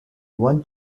one